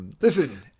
Listen